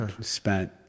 spent